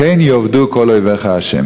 כן יאבדו כל אויביך ה'.